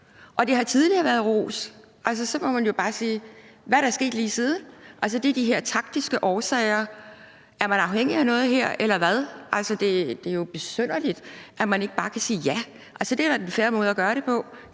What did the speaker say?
og det har tidligere været ros. Så må man jo bare spørge: Hvad er der sket lige siden? Altså, det er de her taktiske årsager. Er man afhængig af noget her eller hvad? Det er jo besynderligt, at man ikke bare kan sige ja. Det er da den fair måde at gøre det på;